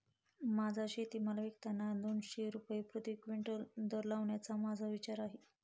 माझा शेतीमाल विकताना दोनशे रुपये प्रति क्विंटल दर लावण्याचा माझा विचार आहे